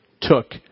took